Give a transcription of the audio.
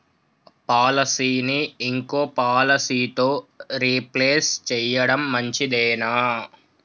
పాలసీని ఇంకో పాలసీతో రీప్లేస్ చేయడం మంచిదేనా?